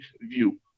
view